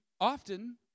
often